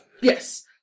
yes